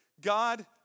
God